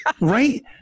right